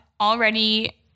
already